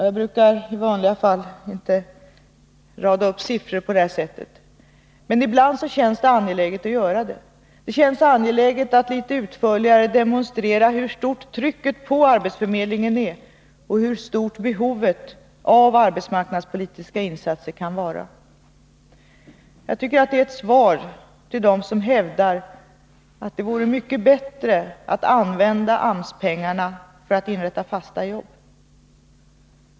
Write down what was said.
Jag brukar i vanliga fall inte rada upp siffror på det sättet, men ibland känns det angeläget att litet utförligare demonstrera hur stort trycket på arbetsförmedlingen är och hur stort behovet av arbetsmarknadspolitiska insatser kan vara. Jag tycker att det är ett svar till dem som hävdar att det vore mycket bättre att använda AMS-pengarna för att inrätta fasta jobb.